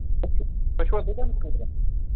تُہۍ چھِوا تۅہہِ چھُوا دُکانس خٲطرٕ